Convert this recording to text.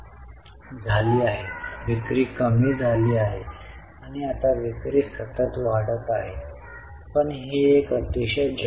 तर आपण येथे पाहू शकता की कंपनी 28300 रोखीची निर्मिती करीत आहे आणि ते नवीन उपकरणे खरेदी करण्यासाठी गुंतवणूक करीत आहेत